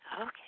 Okay